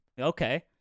Okay